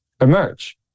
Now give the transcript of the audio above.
emerge